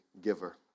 giver